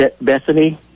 Bethany